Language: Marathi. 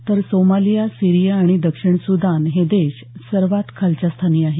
तरसोमालिया सीरिया आणि दक्षिण सुदान हे देश सर्वात खालच्या स्थानी आहेत